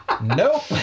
Nope